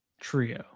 Trio